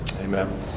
Amen